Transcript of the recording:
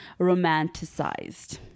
romanticized